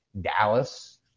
Dallas